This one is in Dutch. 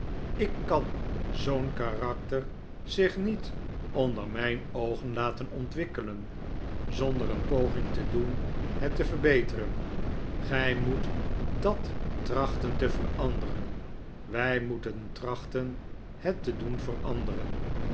ik kan zoo'n karakter zich niet onder mijn oogen laten ontwikkelen zonder een poging te doen het te verbeteren gij moet dat trachten te veranderen wij moeten trachten het te doen veranderen